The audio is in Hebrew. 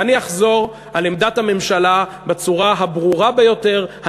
ואני אחזור על עמדת הממשלה בצורה הברורה ביותר,